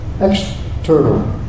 external